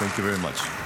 תודה רבה לכם.